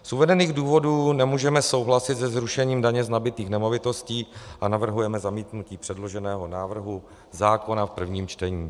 Z uvedených důvodů nemůžeme souhlasit se zrušením daně z nabytých nemovitostí a navrhujeme zamítnutí předloženého návrhu zákona v prvním čtení.